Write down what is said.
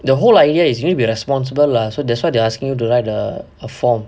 the whole idea is really be responsible lah so that's why they're asking you to write the a form